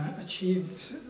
achieve